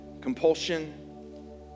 Compulsion